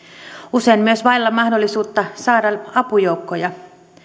usein myös vailla mahdollisuutta saada apujoukkoja